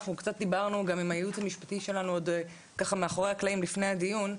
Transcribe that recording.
אנחנו קצת דיברנו גם עם הייעוץ המשפטי שלנו מאחורי הקלעים לפני הדיון.